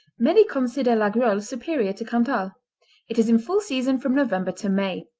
many consider laguiole superior to cantal. it is in full season from november to may.